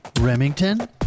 Remington